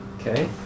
Okay